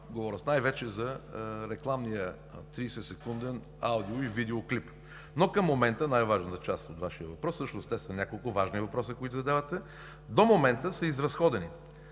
Говоря най-вече за рекламния 30-секунден аудио- и видеоклип. Но най-важната част от Вашия въпрос, всъщност няколко важни въпроса задавате – до момента са изразходени